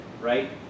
right